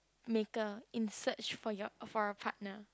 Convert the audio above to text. maker in search for your for a partner